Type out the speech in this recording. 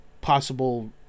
possible